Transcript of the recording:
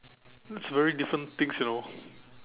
it's very different things you know